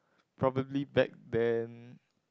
probably back then